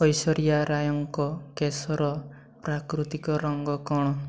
ଐଶ୍ୱର୍ଯ୍ୟା ରାୟଙ୍କ କେଶର ପ୍ରାକୃତିକ ରଙ୍ଗ କ'ଣ